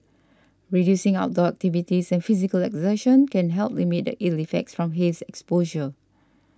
reducing outdoor activities and physical exertion can help limit the ill effects from haze exposure